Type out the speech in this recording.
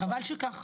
וחבל שכך.